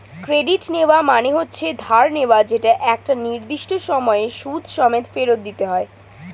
credit নেওয়া মানে হচ্ছে ধার নেওয়া যেটা একটা নির্দিষ্ট সময়ে সুদ সমেত ফেরত দিতে হয়